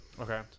Okay